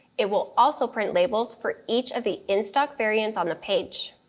it will also print labels for each of the instock variants on the page.